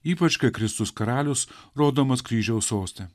ypač kai kristus karalius rodomas kryžiaus soste